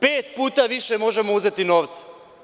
Pet puta više možemo uzeti novca.